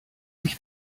sich